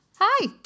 Hi